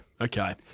Okay